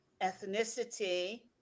ethnicity